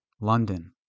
London